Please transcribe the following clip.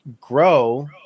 grow